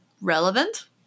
relevant